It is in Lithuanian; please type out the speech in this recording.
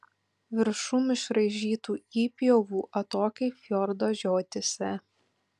viršum išraižytų įpjovų atokiai fjordo žiotyse